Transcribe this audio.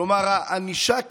כלומר, הענישה קיימת.